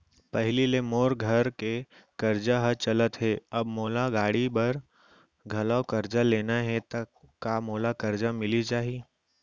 पहिली ले मोर घर के करजा ह चलत हे, अब मोला गाड़ी बर घलव करजा लेना हे ता का मोला करजा मिलिस जाही?